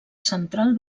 central